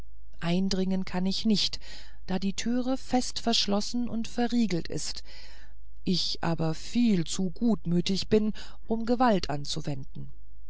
eindringen kann ich nicht da die türe fest verschlossen und verriegelt ist ich aber viel zu gutmütig bin um gewalt anzuwenden